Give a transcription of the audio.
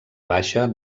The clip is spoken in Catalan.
baixa